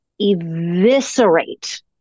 eviscerate